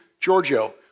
Giorgio